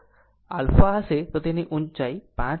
તો આલ્ફા હશે આ ઊંચાઈ 5